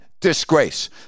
disgrace